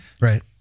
right